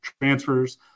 transfers